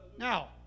Now